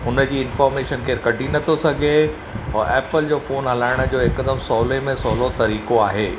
हुन जी इंफॉर्मेशन केरु कढी नथो सघे ऐं एप्पल जो फोन हलाइण जो हिकदमि सहुले में सहुलो तरीक़ो आहे